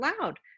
loud